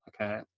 Okay